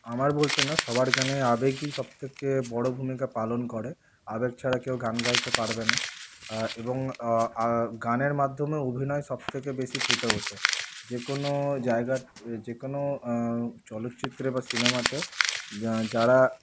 আমার বলতে না সবার গানে আবেগই সব থেকে বড়ো ভূমিকা পালন করে আবেগ ছাড়া কেউ এখানে গান গাইতে পারবে না এবং গানের মাধ্যমে অভিনয় সবথেকে বেশি ফুটে ওঠে যে কোনো জায়গার যে কোনো চলচ্চিত্রে বা সিনেমাতে যারা